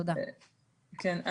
כן,